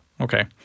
Okay